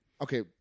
okay